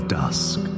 dusk